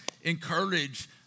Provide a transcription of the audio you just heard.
encourage